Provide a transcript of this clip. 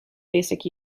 basic